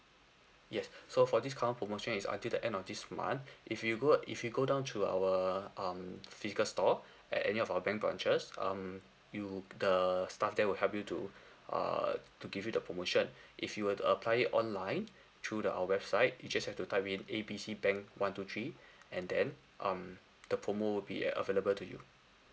yes so for this current promotion is until the end of this month if you go if you go down to our um physical store at any of our bank branches um you the staff there will help you to err to give you the promotion if you were to apply it online through the our website you just have to type in A B C bank one two three and then um the promo would be uh available to you